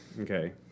Okay